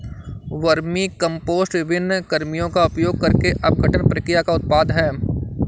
vermicompost विभिन्न कृमियों का उपयोग करके अपघटन प्रक्रिया का उत्पाद है